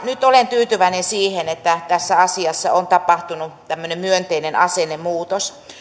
nyt olen tyytyväinen siihen että tässä asiassa on tapahtunut tämmöinen myönteinen asennemuutos